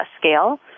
scale